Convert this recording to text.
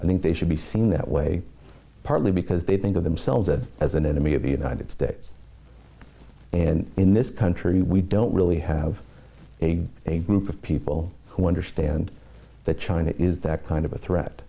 i think they should be seen that way partly because they think of themselves as an enemy of the united states and in this country we don't really have a group of people who understand that china is that kind of a threat